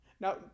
Now